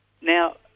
Now